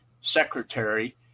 secretary